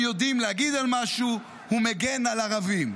יודעים להגיד על משהו: הוא מגן על ערבים.